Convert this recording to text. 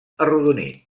arrodonit